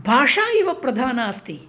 भाषा एव प्रधाना अस्ति